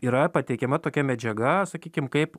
yra pateikiama tokia medžiaga sakykim kaip